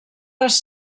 les